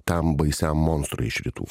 tam baisiam monstrus iš rytų